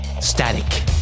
static